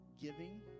giving